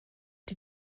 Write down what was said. die